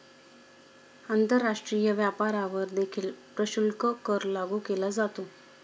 आंतरराष्ट्रीय व्यापारावर देखील प्रशुल्क कर लागू केला जातो